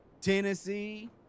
Tennessee